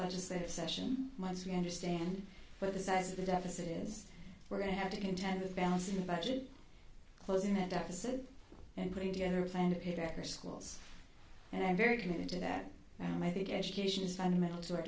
legislative session months we understand where the size of the deficit is we're going to have to contend with balancing the budget closing that deficit and putting together a plan to pay back their schools and i'm very committed to that and i think education is fundamental to our